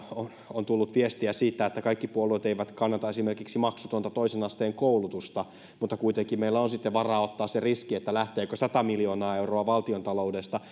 on tullut viestiä siitä että kaikki puolueet eivät kannata esimerkiksi maksutonta toisen asteen koulutusta mutta kuitenkin meillä on sitten varaa ottaa se riski lähteekö sata miljoonaa euroa valtiontaloudesta